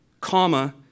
Comma